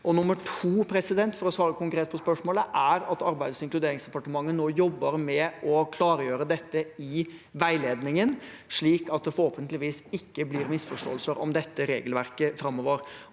andre, for å svare konkret på spørsmålet, jobber Arbeids- og inkluderingsdepartementet nå med å klargjøre dette i veiledningen, slik at det forhåpentligvis ikke blir misforståelser om regelverket framover.